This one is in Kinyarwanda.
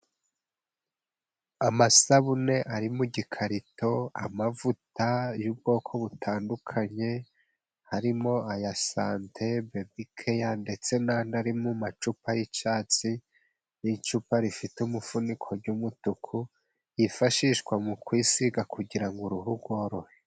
Amasabune ari mu gikarito, amavuta y'ubwoko butandukanye harimo aya Sante, Bebikeya, ndetse n'andi ari mu macupa y'icyatsi n'icupa rifite umufuniko w'umutuku, yiyifashishwa mu kwisiga kugira ngo uruhu rworohe.